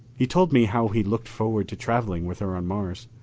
he told me how he looked forward to traveling with her on mars.